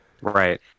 Right